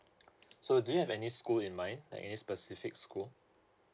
so do you have any school in mind like any specific school